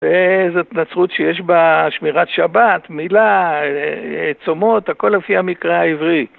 זאת נצרות שיש בה שמירת שבת, מילה, צומות, הכל לפי המקרא העברי.